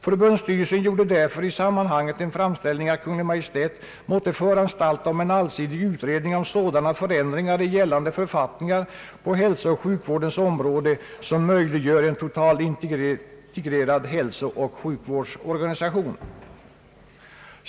Förbundsstyrelsen gjorde därför i sammanhanget en framställning att Kungl. Maj:t måtte föranstalta om en allsidig utredning om sådana förändringar i gällande författningar på hälsooch sjukvårdens område, som möjliggör en totalintegrerad hälsooch sjukvårdsorganisation.